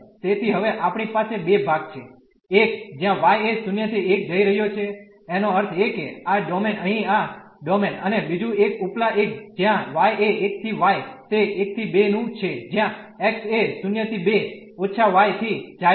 તેથી હવે આપણી પાસે બે ભાગ છે એક જ્યાં y એ 0 ¿1 જઈ રહ્યો છે એનો અર્થ એ કે આ ડોમેન અહીં આ ડોમેન અને બીજું એક ઉપલા એક જ્યાં y એ 1¿ y તે 1¿ 2 નું છે જ્યાં x એ 0 ¿2− y થી જાય છે